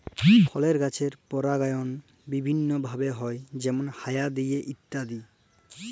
ফলের গাছের পরাগায়ল বিভিল্য ভাবে হ্যয় যেমল হায়া দিয়ে ইত্যাদি